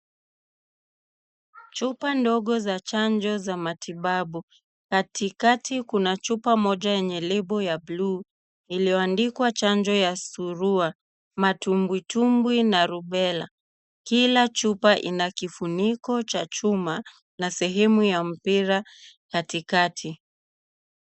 Chupa ndogo za chanjo za matibabu. Katikati kuna chupa moja yenye lebo ya bluu iliyoandikwa chanjo ya Surua, Matumbwitumbwi na Rubella. Kila chupa ina kifuniko cha chuma na sehemu ya mpira katikati.